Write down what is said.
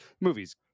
movie's